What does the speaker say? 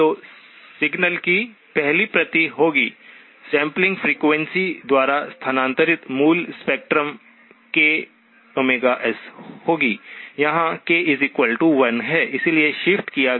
तो सिग्नल की पहली प्रति होगी सैंपलिंग फ्रीक्वेंसी द्वारा स्थानांतरित मूल स्पेक्ट्रम kΩs होगी जहां k 1है